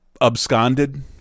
absconded